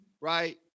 Right